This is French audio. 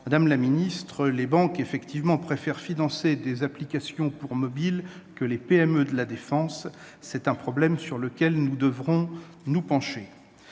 Madame la ministre, les banques préfèrent financer des applications pour mobiles que les PME de la défense ; c'est un problème sur lequel nous devrons nous pencher.